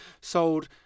sold